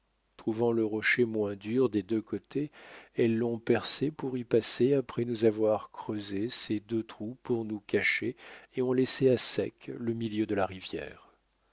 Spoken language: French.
trouvant le rocher moins dur des deux côtés elles l'ont percé pour y passer après nous avoir creusé ces deux trous pour nous cacher et ont laissé à sec le milieu de la rivière